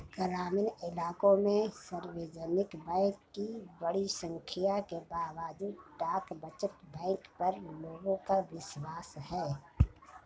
ग्रामीण इलाकों में सार्वजनिक बैंक की बड़ी संख्या के बावजूद डाक बचत बैंक पर लोगों का विश्वास है